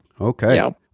Okay